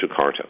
Jakarta